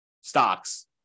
stocks